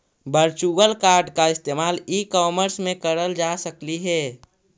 virtual card का इस्तेमाल e commerce में करल जा सकलई हे